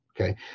okay